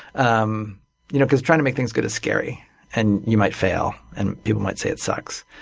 um you know because trying to make things good is scary, and you might fail and people might say it sucks.